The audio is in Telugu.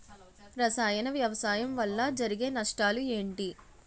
రసాయన వ్యవసాయం వల్ల జరిగే నష్టాలు ఏంటి?